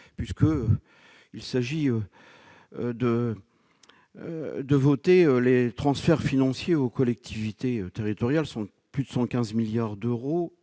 effet, il s'agit de voter les transferts financiers aux collectivités territoriales, soit plus de 115 milliards d'euros,